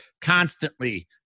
constantly